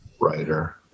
writer